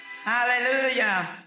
Hallelujah